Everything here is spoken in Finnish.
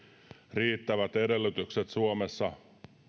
riittävät edellytykset suomessa